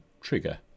trigger